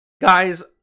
guys